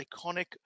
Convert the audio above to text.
iconic